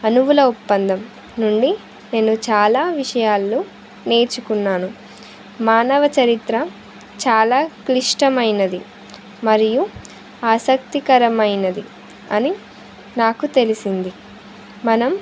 అనువుల ఒప్పందం నుండి నేను చాలా విషయాలు నేర్చుకున్నాను మానవ చరిత్ర చాలా క్లిష్టమైనది మరియు ఆసక్తికరమైనది అని నాకు తెలిసింది మనం